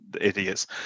idiots